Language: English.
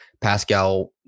Pascal